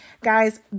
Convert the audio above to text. guys